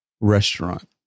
restaurant